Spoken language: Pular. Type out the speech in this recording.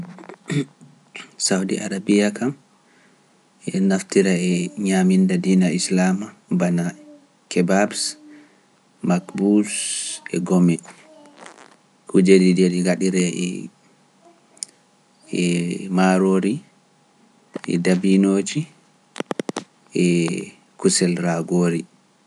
Hmn, Sawdi Areebiya kam, e naftira e nyaaminnda diina Islaama bana kebabs, makbuus e gomil, kuujeeje je ɗi ngaɗiree e- e maaroori, e dabinooji, e kusel raagoori.